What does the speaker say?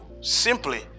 simply